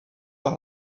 par